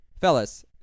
Fellas